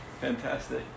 Fantastic